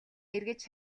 эргэж